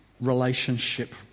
relationship